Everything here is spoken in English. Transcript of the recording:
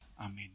Amen